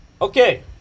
Okay